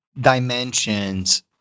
dimensions